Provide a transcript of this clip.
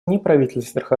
неправительственных